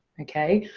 okay,